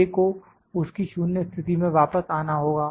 A को उसकी 0 स्थिति में वापस आना होगा